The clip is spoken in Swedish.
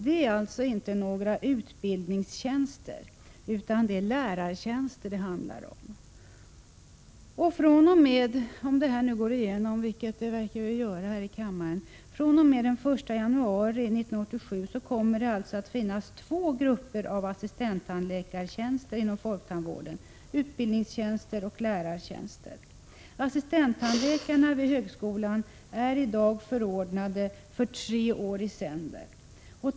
Det är således inte några utbildningstjänster utan det är lärartjänster det handlar om. Om förslaget antas i kammaren, vilket det verkar att göra, kommer det således fr.o.m. den 1 januari 1987 att finnas två grupper av assistenttandläkartjänster inom folktandvården, utbildningstjänster och lärartjänster. Assistenttandläkarna vid högskolan är i dag förordnade för tre år i sänder.